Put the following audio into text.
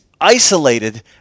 isolated